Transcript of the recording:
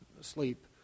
sleep